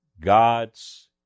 God's